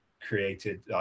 created